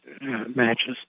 matches